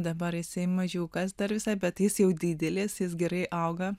dabar jisai mažiukas dar visai bet jis jau didelis jis gerai auga